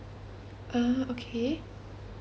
uh okay